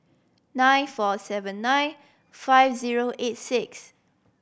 nine four seven nine five zero eight six